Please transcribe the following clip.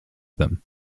them